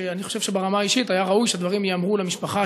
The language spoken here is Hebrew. שאני חושב שברמה האישית היה ראוי שהדברים ייאמרו למשפחה,